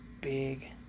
big